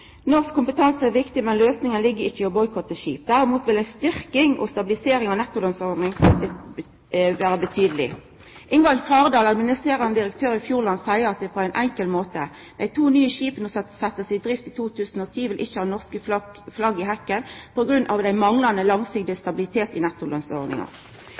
Norsk kompetanse er viktig, men løysinga ligg ikkje i å boikotta skip. Derimot vil ei styrking og stabilisering av nettolønnsordninga bidra betydeleg. Ingvald Fardal, administrerande direktør i Fjord Line, seier det på ein enkel måte: «De to nye skipene som settes i drift i 2010 vil ikke ha norske flagg i hekken på grunn av manglende langsiktig